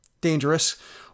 dangerous